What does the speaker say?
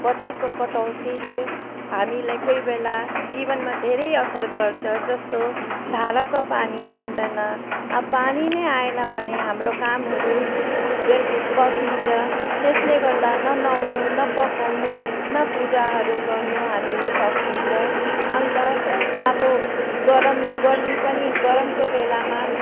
बत्तीको कटौतीले हामीलाई कोही बेला जीवनमा धेरै असर गर्छ जस्तो धाराको पानी आउँदैन अब पानी नै आएन भने हाम्रो कामहरू बस्छ त्यसले गर्दै न ननुहाउनु न पकाउनु पूजाहरू गर्नु हामीले सकिन्छ अन्त अब गरम गर्मी पनि गरमको बेलामा